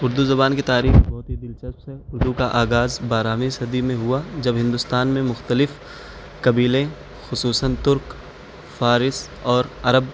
اردو زبان کی تاریخ بہت ہی دلچسپ ہے اردو کا آغاز بارہویں صدی میں ہوا جب ہندوستان میں مختلف قبیلے خصوصاً ترک فارس اور عرب